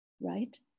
right